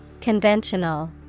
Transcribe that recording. Conventional